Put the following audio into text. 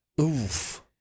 Oof